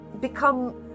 become